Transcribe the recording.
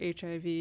HIV